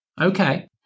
Okay